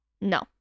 No